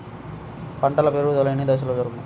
పంట పెరుగుదల ఎన్ని దశలలో జరుగును?